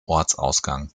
ortsausgang